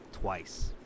twice